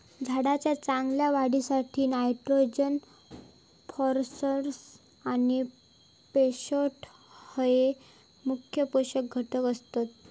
झाडाच्या चांगल्या वाढीसाठी नायट्रोजन, फॉस्फरस आणि पोटॅश हये मुख्य पोषक घटक आसत